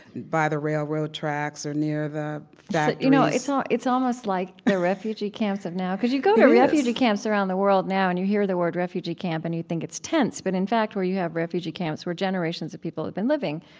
by the railroad tracks or near the factories you know it's ah it's almost like the refugee camps of now. because you go to refugee camps around the world now, and you hear the word refugee camp, and you think it's tents. but in fact, where you have refugee camps where generations of people have been living,